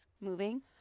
moving